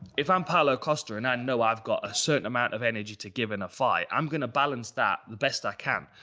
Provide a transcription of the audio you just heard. if i'm paulo costa and i know i've got a certain amount of energy to give in a fight, i'm going to balance that the best i can.